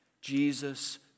Jesus